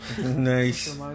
Nice